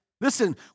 Listen